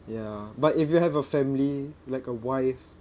ya but if you have a family like a wife